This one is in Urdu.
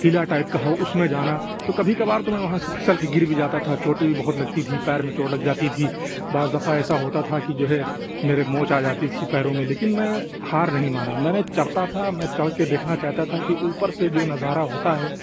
قلعہ ٹائپ کا ہو اُس میں جانا تو کبھی کبھار تو میں وہاں سے پھسل کے گر بھی جاتا تھا چوٹیں بھی بہت لگتی تھی پیر میں چوٹ لگ جاتی تھی بعض دفعہ ایسا ہوتا تھا کہ جو ہے میرے موچ آ جاتی تھی پیروں میں لیکن میں ہار نہیں مانا میں نے چڑھتا تھا میں چڑھ کے دیکھنا چاہتا تھا کہ اوپر سے جو نظارہ ہوتا ہے